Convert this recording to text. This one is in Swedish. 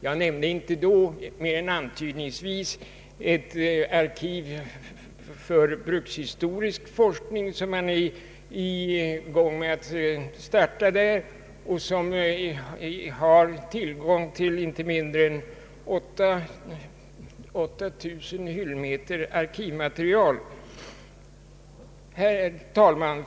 Jag nämnde inte då mer än antydningsvis ett arkiv för brukshistorisk forskning, som man är i gång med att starta och som har tillgång till inte mindre än 8000 hyllmeter arkivmaterial. Herr talman!